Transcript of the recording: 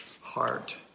heart